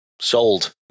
Sold